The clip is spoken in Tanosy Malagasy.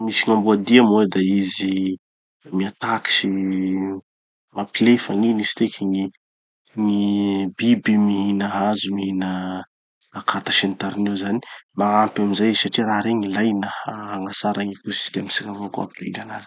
misy gn'amboa dia moa da izy mi-attaque sy mampilefa gn'ino izy tiky, gny biby mihina hazo, mihina akata sy ny tariny io zany. Magnampy amy zay satria raha regny ilaina hagnatsara gny écosystème tsika avao koa. Hampirindra anazy.